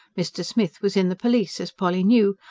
mr. smith was in the police, as polly knew,